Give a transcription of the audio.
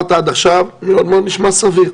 סביר.